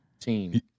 Team